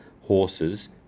horses